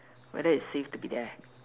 whether it's safe to be there